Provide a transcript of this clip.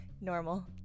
Normal